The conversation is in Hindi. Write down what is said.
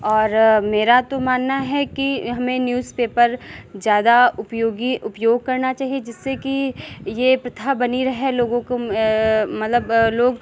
और मेरा तो मानना है कि हमें न्यूज़पेपर ज़्यादा उपयोगी उपयोग करना चहिए जिससे कि ये प्रथा बनी रहे लोगों को मतलब लोग